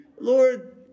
Lord